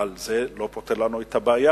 אבל זה לא פותר לנו את הבעיה.